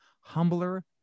humbler